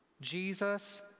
Jesus